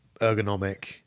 ergonomic